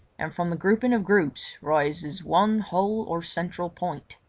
and from the grouping of groups rises one whole or central point.